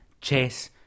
Chess